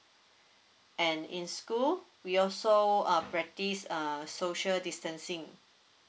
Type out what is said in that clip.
and in school we also uh practice err social distancing